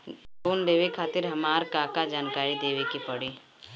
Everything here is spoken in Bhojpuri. लोन लेवे खातिर हमार का का जानकारी देवे के पड़ी?